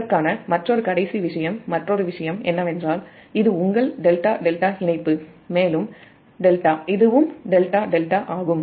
இதற்கான மற்றொரு விஷயம் என்னவென்றால் இது உங்கள் ∆∆ இணைப்பு மேலும் இதுவும் ∆∆ ஆகும்